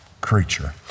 creature